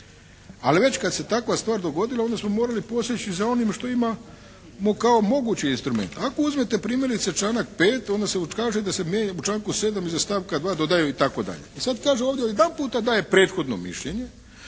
Ali, već kad se takva stvar dogodila onda smo morali poseći za onim što imamo kao mogući instrument. Ako uzmete primjerice članak 5. onda se kaže da se mijenja u članku 7. iza stavka 2. dodaje itd. I sad kaže ovdje odjedanput, daje prethodno mišljenje